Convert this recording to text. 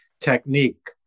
technique